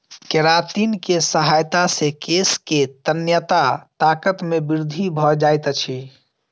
keratin के सहायता से केश के तन्यता ताकत मे वृद्धि भ जाइत अछि